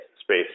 space